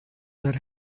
that